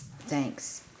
Thanks